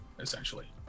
essentially